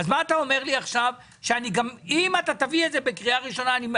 האם מה שאתה אומר לי עכשיו זה שאם אני אעביר את זה בקריאה ראשונה יהיה